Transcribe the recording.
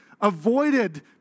avoided